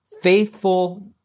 Faithful